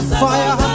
fire